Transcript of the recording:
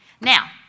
Now